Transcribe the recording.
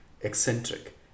eccentric